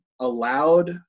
allowed